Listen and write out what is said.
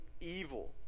evil